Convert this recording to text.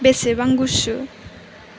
बेसेबां गुसु